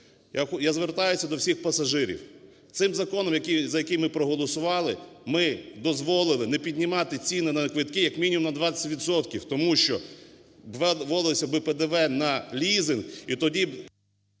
Я звертаюсь до всіх пасажирів. Цим законом, за який ми проголосували, ми дозволили не піднімати ціни на квитки як мінімум на 20 відсотків. Тому що вводилося би ПДВ на лізинг, і тоді…